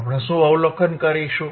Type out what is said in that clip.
આપણે શું અવલોકન કરીશું